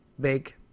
big